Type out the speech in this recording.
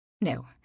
No